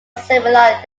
similarly